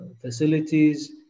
facilities